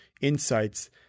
insights